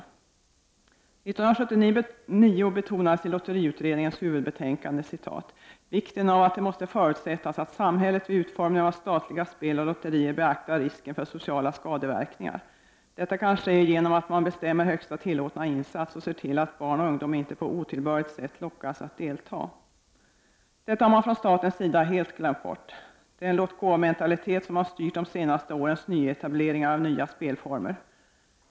1979 betonades i lotteriutredningens huvudbetänkande vikten av att det måste förutsättas att samhället vid utformningen av statliga spel och lotterier beaktar risken för sociala skadeverkningar. Detta kan ske genom att man bestämmer högsta tillåtna insats och ser till att barn och ungdom inte på otillbörligt sätt lockas att delta. Detta har man från statens sida helt glömt bort. Det är en låt-gå-mentalitet som har styrt de senaste årens etableringar av nya spelformer.